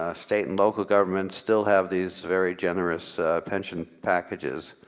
ah state and local governments still have these very generous pension packages.